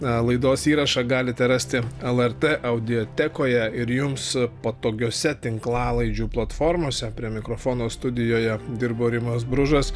na laidos įrašą galite rasti lrt audiotekoje ir jums patogiose tinklalaidžių platformose prie mikrofono studijoje dirbo rimas bružas